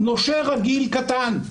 נושה רגיל קטן,